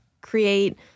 create